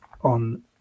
on